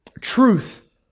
truth